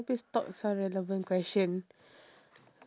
can you please talk some relevant question